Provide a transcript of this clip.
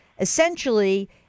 essentially